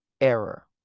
error